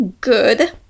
good